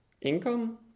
income